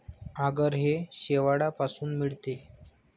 आगर हे शेवाळापासून मिळते